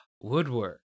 Woodwork